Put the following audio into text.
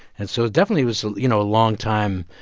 and so it definitely was, you know, a long time,